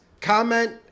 comment